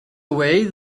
away